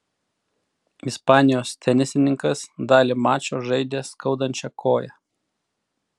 ispanijos tenisininkas dalį mačo žaidė skaudančia koja